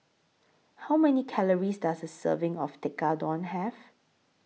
How Many Calories Does A Serving of Tekkadon Have